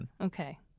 Okay